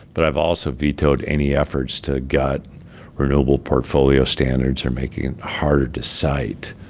but i've also vetoed any efforts to gut renewable portfolio standards are making it harder to cite